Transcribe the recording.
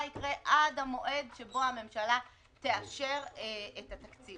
מה יקרה עד המועד שבו הממשלה תאשר את התקציב.